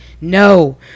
no